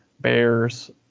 bears